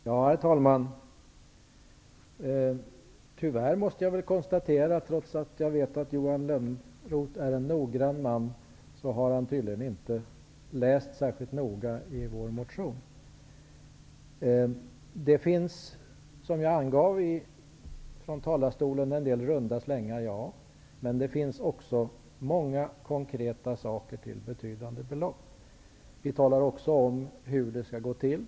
Herr talman! Tyvärr måste jag konstatera, trots att Johan Lönnroth är en noggrann man, att han tydligen inte har läst vår motion särskilt noga. Som jag angav från talarstolen finns det en del runda slängar, men det finns också många konkreta förslag till betydande belopp. Vi talar också om hur de skall genomföras.